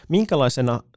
Minkälaisena